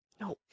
No